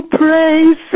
praise